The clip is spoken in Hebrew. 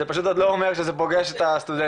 זה פשוט עוד לא אומר שזה פוגש את הסטודנטים,